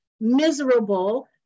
miserable